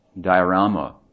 diorama